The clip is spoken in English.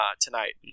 tonight